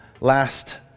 last